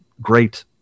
great